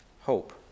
hope